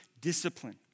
discipline